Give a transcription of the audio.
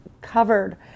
covered